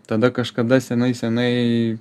tada kažkada senai senai